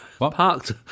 Parked